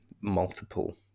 multiple